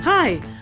Hi